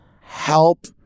help